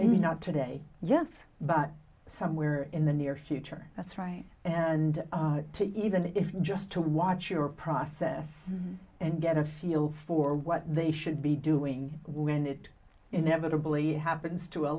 maybe not today just but somewhere in the near future that's right and to even if just to watch your process and get a feel for what they should be doing when it inevitably happens to a